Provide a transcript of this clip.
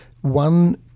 one